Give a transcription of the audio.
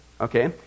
okay